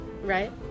Right